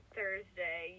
Thursday